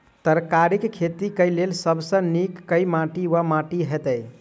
तरकारीक खेती केँ लेल सब सऽ नीक केँ माटि वा माटि हेतै?